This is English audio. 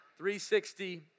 360